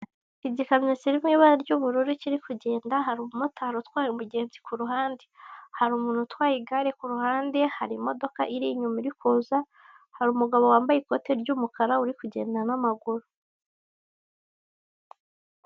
Igikamyo kiri mu ibara ry'ubururu kiri kugenda, hari umumotari utwaye umugenzi ku ruhande, hari umuntu utwaye igare ku ruhande, hari imodoka iri inyuma iri kuza, hari umugabo wambaye ikoti ry'umukara uri kugenda n'amaguru.